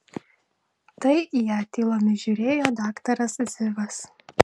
tai į ją tylomis žiūrėjo daktaras zivas